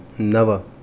नव